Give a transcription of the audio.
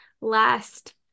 last